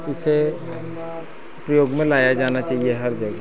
इसे उपयोग में लाया जाना चाहिए हर जगह